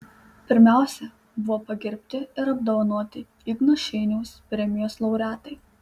pirmiausia buvo pagerbti ir apdovanoti igno šeiniaus premijos laureatai